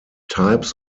types